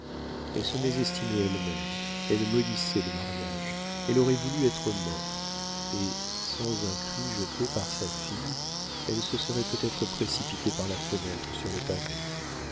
elle se mésestimait elle-même elle maudissait le mariage elle aurait voulu être morte et sans un cri jeté par sa fille elle se serait peut-être précipitée par la fenêtre sur le pavé